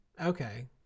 Okay